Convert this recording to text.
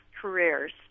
careers